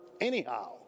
anyhow